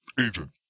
Agent